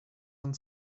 and